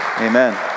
amen